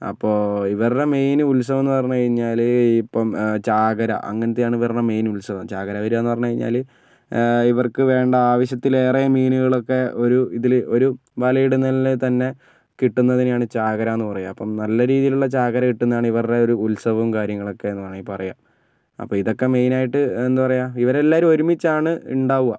അപ്പോൾ ഇവരുടെ മെയിൻ ഉത്സവം എന്ന് പറഞ്ഞ് കഴിഞ്ഞാൽ ഇപ്പോൾ ചാകര അങ്ങനത്തെയാണ് ഇവരുടെ മെയിൻ ഉത്സവം ചാകര വരവാന്ന് പറഞ്ഞ് കഴിഞ്ഞാൽ ഇവർക്ക് വേണ്ട ആവശ്യത്തിലേറെ മീനുകളൊക്കെ ഒരു ഇതിൽ ഒരു വലയിടുന്നതിൽ തന്നെ കിട്ടുന്നതിനെയാണ് ചാകരയെന്ന് പറയുക അപ്പോൾ നല്ല രീതിയിലുള്ള ചാകര കിട്ടുന്നതാണ് ഇവരുടെ ഒരു ഉത്സവം കാര്യങ്ങളൊക്കെ എന്ന് വേണമെങ്കിൽ പറയാം അപ്പോൾ ഇതൊക്കെ മെയിനായിട്ട് എന്താ പറയുക ഇവരെല്ലാവരും ഒരുമിച്ചാണ് ഉണ്ടാകുക